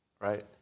right